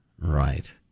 Right